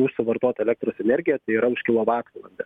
už suvartotą elektros energiją tai yra už kilovatvalandę